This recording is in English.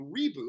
reboot